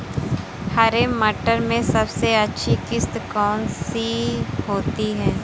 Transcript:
हरे मटर में सबसे अच्छी किश्त कौन सी होती है?